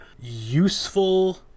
useful